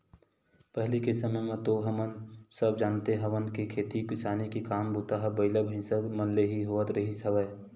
पहिली के समे म तो हमन सब जानते हवन के खेती किसानी के काम बूता ह तो बइला, भइसा मन ले ही होवत रिहिस हवय